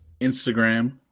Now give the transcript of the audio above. Instagram